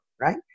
right